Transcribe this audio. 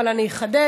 אבל אני אחדד